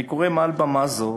אני קורא מעל במה זו